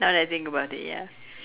now I think about it ya